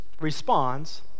responds